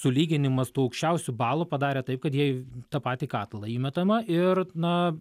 sulyginimas tų aukščiausių balų padarė taip kad jie tą patį katilą įmetama ir na